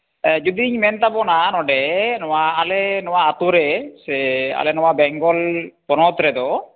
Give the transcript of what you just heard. ᱡᱩᱫᱤᱧ ᱢᱮᱱ ᱛᱟᱵᱚᱱᱟ ᱱᱚᱸᱰᱮ ᱱᱚᱣᱟ ᱟᱞᱮ ᱱᱚᱣᱟ ᱟᱛᱳ ᱨᱮ ᱥᱮ ᱟᱞᱮ ᱱᱚᱣᱟ ᱵᱮᱝᱜᱚᱞ ᱯᱚᱱᱚᱛ ᱨᱮᱫᱚ